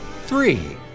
three